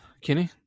Kenny